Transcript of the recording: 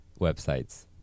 websites